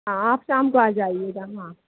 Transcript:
हाँ आप शाम को आ जाइएगा हाँ